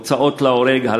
הוצאות להורג,